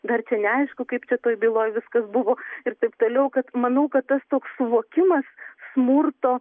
dar čia neaišku kaip čia toj byloj viskas buvo ir taip toliau kad manau kad tas toks suvokimas smurto